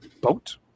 Boat